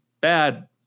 bad